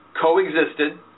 coexisted